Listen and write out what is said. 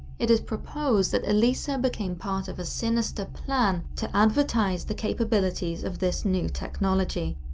it is proposed that elisa became part of a sinister plan to advertise the capabilities of this new technology.